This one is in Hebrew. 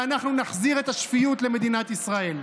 ואנחנו נחזיר את השפיות למדינת ישראל.